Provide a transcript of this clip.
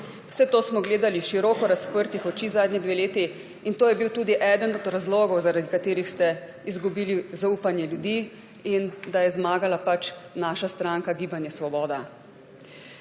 Vse to smo gledali široko razprtih oči zadnji dve leti in to je bil tudi eden od razlogov, zaradi katerih ste izgubili zaupanje ljudi in je zmagala naša stranka Gibanje Svoboda.